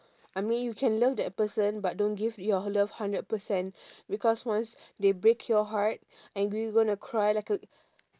I mean you can love that person but don't give your love hundred percent because once they break your heart and you gonna cry like